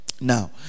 Now